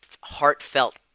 heartfelt